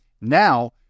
Now